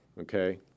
okay